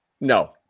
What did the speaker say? No